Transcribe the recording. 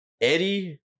Eddie